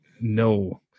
No